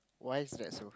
why is that so